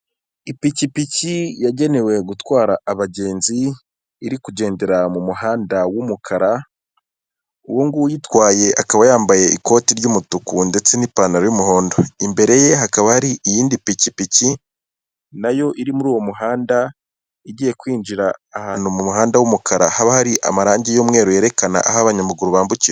Ipikipiki yagenewe gutwara abagenzi, iri kugendera mu muhanda w'umukara, uyu nguyu uyitwaye akaba yambaye ikoti ry'umutuku ndetse n'ipantaro y'umuhondo, imbere ye hakaba hari iyindi pikipiki nayo iri muri uwo muhanda igiye kwinjira ahantu mu muhanda w'umukara haba hari amarangi y'umweru yerekana aho abanyamaguru bambukira.